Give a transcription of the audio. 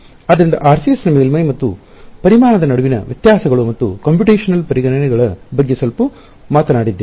ಆದ್ದರಿಂದ RCS ಮೇಲ್ಮೈ ಮತ್ತು ಪರಿಮಾಣದ ನಡುವಿನ ವ್ಯತ್ಯಾಸಗಳು ಮತ್ತು ಕಂಪ್ಯೂಟೇಶನಲ್ ಪರಿಗಣನೆಗಳ ಬಗ್ಗೆ ಸ್ವಲ್ಪ ಮಾತನಾಡಿದ್ದೇವೆ